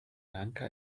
lanka